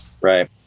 right